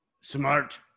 Smart